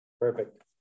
Perfect